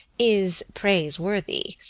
is praiseworthy.